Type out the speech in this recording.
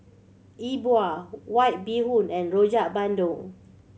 E Bua White Bee Hoon and Rojak Bandung